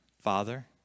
Father